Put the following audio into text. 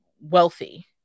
wealthy